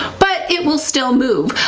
but it will still move.